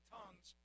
tongues